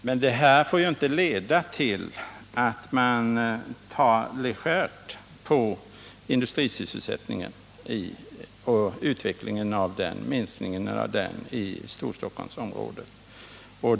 Men det här får ju inte leda till att man tar legärt på industrisysselsättningen och minskningen av den i Storstockholmsområdet.